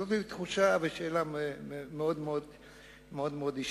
זה מין תחושה ושאלה מאוד מאוד אישית.